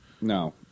No